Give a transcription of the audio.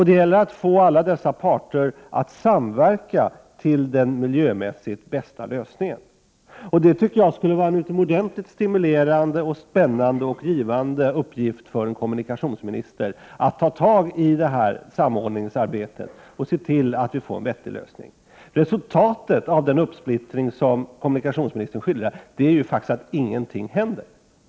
Det gäller att få alla dessa parter att samverka till den miljömässigt bästa lösningen. Det tycker jag skulle vara en utomordentligt stimulerande, spännande och givande uppgift för en kommunikationsminister, att ta tag i detta samordningsarbete och se till att vi får en vettig lösning. Resultatet av den splittring som kommunikationsministern skildrar är ju att ingenting händer.